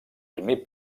primer